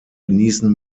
genießen